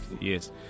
yes